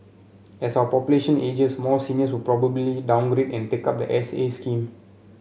as our population ages more seniors would probably downgrade and take up the S A scheme